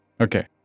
Okay